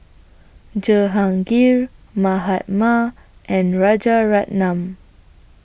Jehangirr Mahatma and Rajaratnam